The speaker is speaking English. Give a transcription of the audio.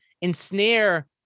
ensnare